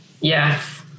Yes